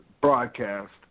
broadcast